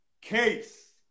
Case